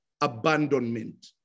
abandonment